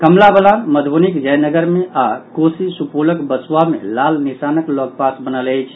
कमला बलान मधुबनीक जयनगर मे आओर कोसी सुपौलक बसुआ मे लाल निशानक लऽग पास बनल अछि